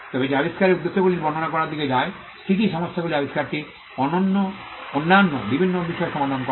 তবে এটি আবিষ্কারের উদ্দেশ্যগুলি বর্ণনা করার দিকে যায় যা কী কী সমস্যাগুলি আবিষ্কারটি অন্যান্য বিভিন্ন বিষয় সমাধান করে